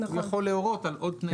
הוא יכול להורות על עוד תנאים.